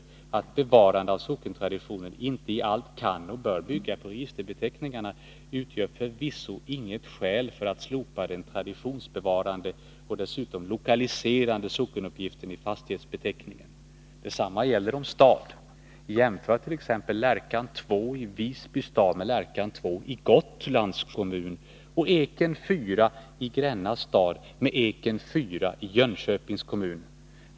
Att ett bevarande av sockentraditionen inte i allt kan och bör bygga på registerbeteckningarna utgör förvisso inget skäl för att slopa den traditionsbevarande och dessutom lokaliserande sockenuppgiften i fastighetsbeteckningen. Detsamma gäller om stad. Jämför t.ex. Lärkan 2 i Visby stad med Lärkan 2i Gotlands kommun och Eken 4 i Gränna stad med Eken 4 i Jönköpings kommun.